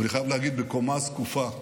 אבל אני חייב להגיד: בקומה זקופה.